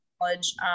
knowledge